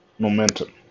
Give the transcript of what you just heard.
Momentum